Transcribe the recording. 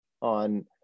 On